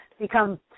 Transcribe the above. become